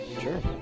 Sure